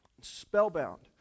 Spellbound